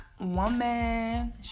woman